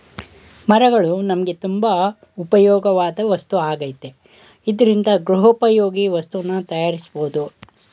ಮರಗಳು ನಮ್ಗೆ ತುಂಬಾ ಉಪ್ಯೋಗವಾಧ್ ವಸ್ತು ಆಗೈತೆ ಇದ್ರಿಂದ ಗೃಹೋಪಯೋಗಿ ವಸ್ತುನ ತಯಾರ್ಸ್ಬೋದು